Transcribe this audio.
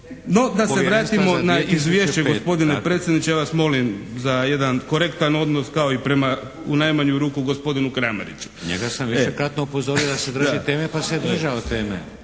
No, da se vratimo na izvješće. Gospodine predsjedniče, ja vas molim za jedan korektan odnos kao i prema u najmanju ruku gospodinu Kramariću. **Šeks, Vladimir (HDZ)** Njega sam višekratno upozorio da se drži teme pa se držao teme,